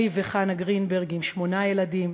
אלי וחנה גרינברג עם שמונה ילדים,